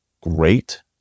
great